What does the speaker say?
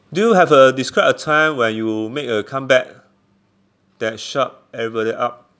do you have a describe a time when you make a comeback that shut everybody up